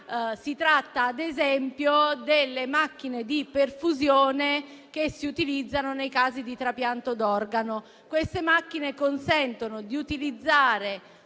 si tratta delle macchine di perfusione che si utilizzano nei casi di trapianto d'organo. Queste macchine consentono di utilizzare